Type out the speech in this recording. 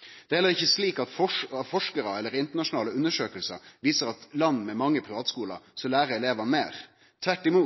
Det er heller ikkje slik at forskarar eller internasjonale undersøkingar viser at elevar lærer meir i land med mange privatskular. Tvert om